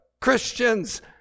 Christians